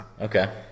Okay